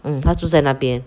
mm 他住在那边